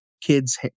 kids